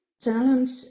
challenge